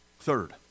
third